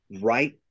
right